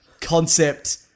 concept